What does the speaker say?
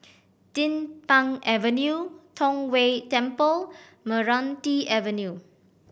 Din Pang Avenue Tong Whye Temple Meranti Avenue